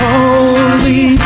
Holy